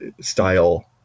style